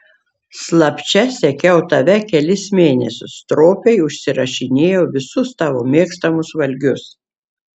slapčia sekiau tave kelis mėnesius stropiai užsirašinėjau visus tavo mėgstamus valgius